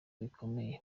bikomeye